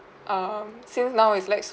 um since now it's like